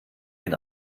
den